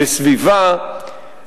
בסביבה,